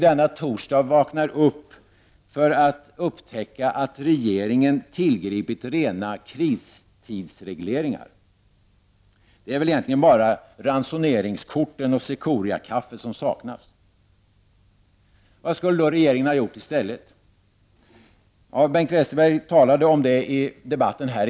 Denna torsdag vaknar de upp för att upptäcka att regeringen tillgripit rena kristidsregleringar. Det är väl egentligen bara ransoneringskupongerna och cikoriakaffet som saknas. Vad skulle regeringen ha gjort i stället? Bengt Westerberg talade om det i debatten i går.